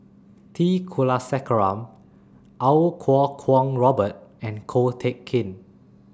T Kulasekaram Iau Kuo Kwong Robert and Ko Teck Kin